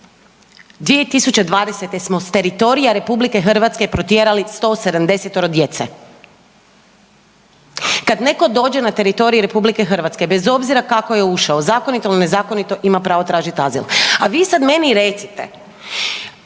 2020. smo s teritorija RH protjerali 170 djece. Kad netko dođe na teritorij RH bez obzira kako je ušao zakonito ili nezakonito ima pravo tražiti azil. A vi sad meni recite